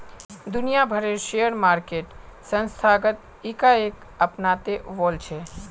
दुनिया भरेर share market संस्थागत इकाईक अपनाते वॉल्छे